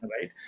Right